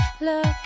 Look